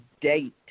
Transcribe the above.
date